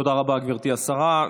תודה רבה, גברתי השרה.